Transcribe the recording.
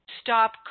stop